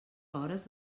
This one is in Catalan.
hores